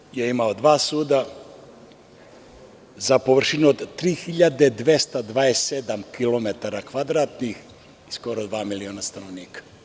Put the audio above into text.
Beograd je imao dva suda za površinu od 3.227 kilometara kvadratnih i skoro dva miliona stanovnika.